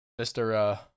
Mr